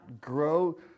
grow